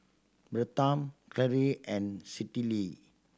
Bertram Karyl and Citlali